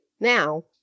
Now